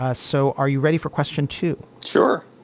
ah so are you ready for question too. sure.